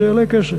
זה יעלה כסף.